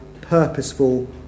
purposeful